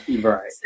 Right